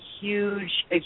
huge